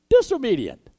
disobedient